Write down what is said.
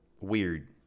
weird